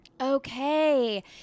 Okay